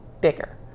bigger